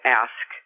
ask